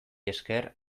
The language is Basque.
esker